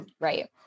Right